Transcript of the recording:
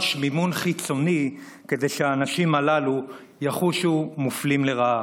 מימון חיצוני כדי שהאנשים הללו יחושו מופלים לרעה.